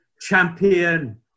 champion